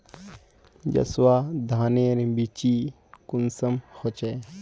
जसवा धानेर बिच्ची कुंसम होचए?